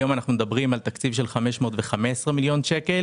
היום אנחנו מדברים על תקציב של 515 מיליון שקל.